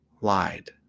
lied